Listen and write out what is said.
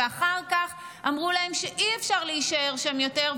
ואחר כך אמרו להם שאי-אפשר להישאר שם יותר,